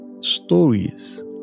stories